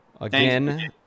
Again